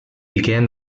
began